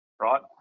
right